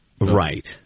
right